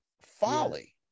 folly